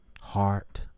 Heart